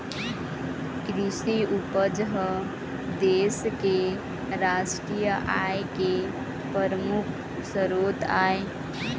कृषि उपज ह देश के रास्टीय आय के परमुख सरोत आय